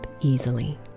easily